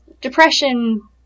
depression